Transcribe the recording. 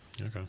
Okay